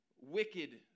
wicked